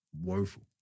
woeful